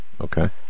okay